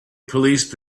police